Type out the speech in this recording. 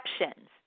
exceptions